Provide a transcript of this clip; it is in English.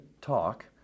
talk